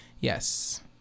Yes